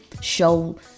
show